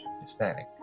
Hispanic